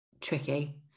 tricky